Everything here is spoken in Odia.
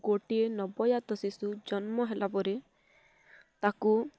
ଗୋଟିଏ ନବଜାତ ଶିଶୁ ଜନ୍ମ ହେଲା ପରେ ତାକୁ